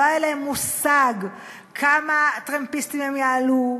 לא היה להם מושג כמה טרמפיסטים הם יעלו,